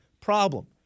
problem